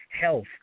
health